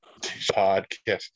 podcast